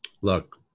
Look